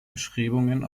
bestrebungen